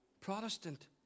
Protestant